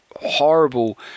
horrible